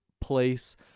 place